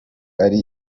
ari